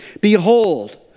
behold